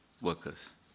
workers